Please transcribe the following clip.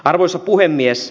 arvoisa puhemies